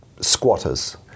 squatters